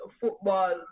football